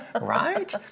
right